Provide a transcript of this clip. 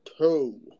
two